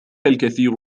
الكثير